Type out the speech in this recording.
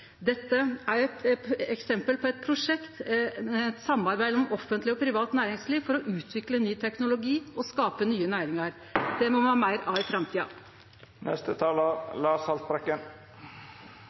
Dette er eit eksempel på eit prosjekt med samarbeid mellom det offentlege og privat næringsliv for å utvikle ny teknologi og skape nye næringar. Det må me ha meir av i